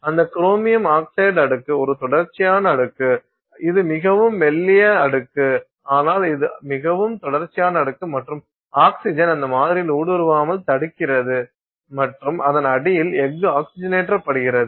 அந்த chromium oxide அடுக்கு ஒரு தொடர்ச்சியான அடுக்கு இது மிகவும் மெல்லிய அடுக்கு ஆனால் இது மிகவும் தொடர்ச்சியான அடுக்கு மற்றும் ஆக்சிஜன் அந்த மாதிரியில் ஊடுருவாமல் தடுக்கிறது மற்றும் அதன் அடியில் எஃகு ஆக்ஸிஜனேற்றப்படுகிறது